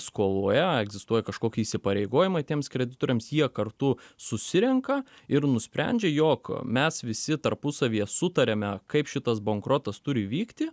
skoloje egzistuoja kažkokie įsipareigojimai tiems kreditoriams jie kartu susirenka ir nusprendžia jog mes visi tarpusavyje sutariame kaip šitas bankrotas turi vykti